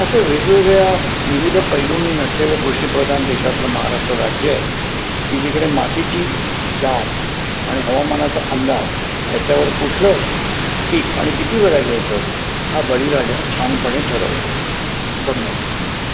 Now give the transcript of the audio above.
असे वेगवेगळ्या विविध पैलूंनी नटलेलं कृषीप्रधान देशातलं महाराष्ट्र राज्य आहे की जिकडे मातीची जात आणि हवामानाचा अंदाज याच्यावर कुठलं पीक आणि किती वेळा घ्यायचं हा बळीराजा छानपणे ठरवतो धन्यवाद